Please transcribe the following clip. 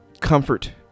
comfort